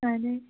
اہن حظ